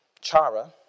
chara